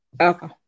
Okay